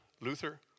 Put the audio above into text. Luther